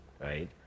Right